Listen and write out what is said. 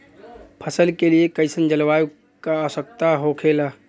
फसल के लिए कईसन जलवायु का आवश्यकता हो खेला?